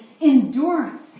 endurance